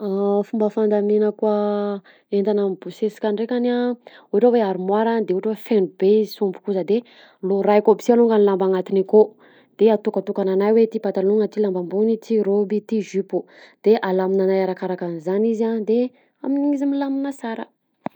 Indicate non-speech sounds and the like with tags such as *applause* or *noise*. Ah fomba fandaminako a aa *hesitation* entana mibosesika ndrekany a ohatra hoe armoir a de ohatra hoe feno be izy sy omby koa de lorahiko aby si alongany lamba anatiny akao de atokatokananahy hoe ty patalogna ty lamba ambony ty roby ty zipo de alaminanahy arakaraka an'zany izy a de amin'iny izy milamina sara.